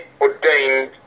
ordained